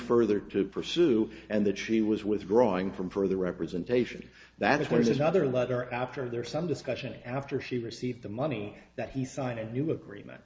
further to pursue and that she was withdrawing from further representation that is what is this other letter after there is some discussion after she received the money that he signed a new